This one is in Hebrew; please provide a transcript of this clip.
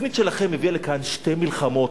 התוכנית שלכם הביאה לכאן שתי מלחמות.